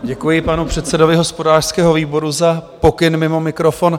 Děkuji panu předsedovi hospodářského výboru za pokyn mimo mikrofon.